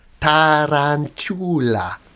Tarantula